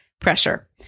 pressure